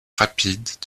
rapide